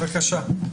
בבקשה.